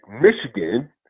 Michigan